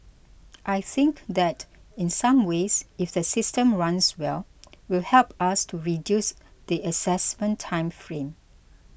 I think that in some ways if the system runs well will help us to reduce the assessment time frame